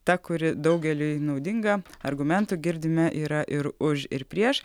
ta kuri daugeliui naudinga argumentų girdime yra ir už ir prieš